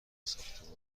ساختمان